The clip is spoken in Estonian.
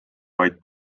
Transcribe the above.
vaid